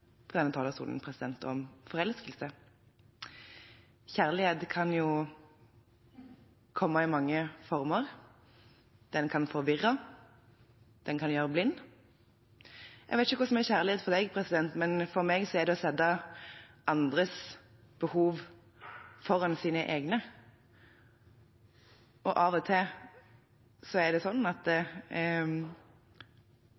fra denne talerstolen. Kjærlighet kan jo komme i mange former – den kan forvirre, den kan gjøre blind. Jeg vet ikke hva som er kjærlighet for deg, president, men for meg er det å sette andres behov foran sine egne. Av og til er det slik at